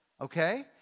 okay